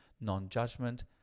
non-judgment